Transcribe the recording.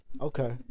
Okay